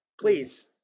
Please